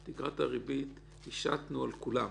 את תקרת הריבית השתנו על כולם,